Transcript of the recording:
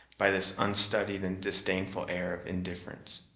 by this unstudied and disdainful air of indifference.